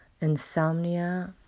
insomnia